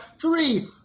Three